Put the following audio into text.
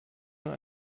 nur